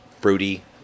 fruity